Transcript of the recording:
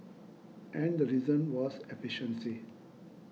and the reason was efficiency